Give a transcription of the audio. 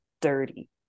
dirty